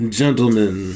gentlemen